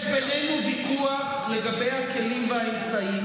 יש בינינו ויכוח לגבי הכלים והאמצעים.